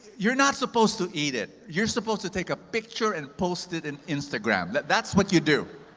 you're not supposed to eat it. you're supposed to take a picture, and post it an instagram. but that's what you do.